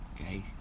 Okay